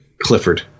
Clifford